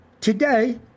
today